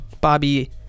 Bobby